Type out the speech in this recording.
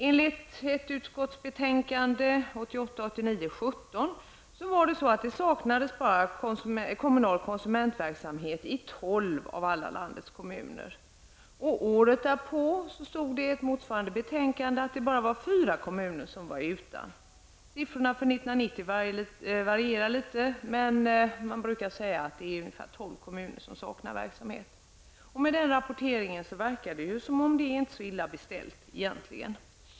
Enligt lagutskottets betänkande 1988/89:LU17 saknades kommunal konsumentverksamhet i endast tolv av landets alla kommuner. Året därpå stod det i ett motsvarande betänkande att det var bara fyra kommuner som var utan kommunal konsumentverksamhet. Siffrorna för 1990 varierar litet, men det rör sig om ungefär tolv kommuner som saknar sådan verksamhet. Och med denna rapportering verkar det ju som om det egentligen inte är så illa beställt.